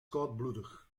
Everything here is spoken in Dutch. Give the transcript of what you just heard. koudbloedig